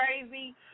crazy